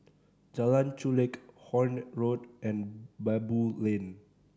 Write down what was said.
Jalan Chulek Horne Road and Baboo Lane